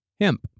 hemp